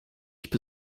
nicht